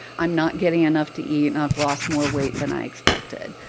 i'm not getting enough to eat, and i've lost more weight than i expected.